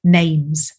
names